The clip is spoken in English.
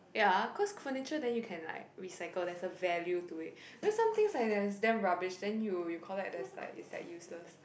ya cause furniture then you can like recycle there's a value to it because some things like that is damn rubbish then you you collect there's like it's like useless